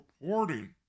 reporting